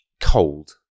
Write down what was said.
cold